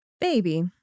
Baby